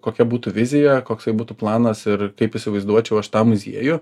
kokia būtų vizija koksai būtų planas ir kaip įsivaizduočiau aš tą muziejų